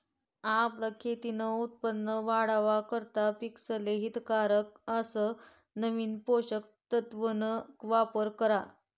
आपलं खेतीन उत्पन वाढावा करता पिकेसले हितकारक अस नवीन पोषक तत्वन वापर करा